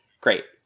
great